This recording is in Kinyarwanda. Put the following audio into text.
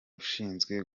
ushinzwe